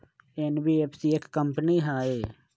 NBFC एक company हई?